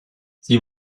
sie